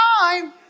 time